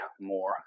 more